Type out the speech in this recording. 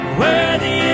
worthy